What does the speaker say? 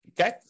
Okay